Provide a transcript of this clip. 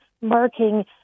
marking